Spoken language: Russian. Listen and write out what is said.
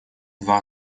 два